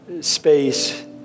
space